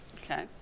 Okay